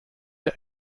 der